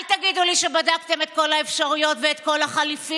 אל תגידו לי שבדקתם את כל האפשרויות ואת כל החליפים